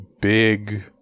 big